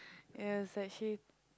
it was actually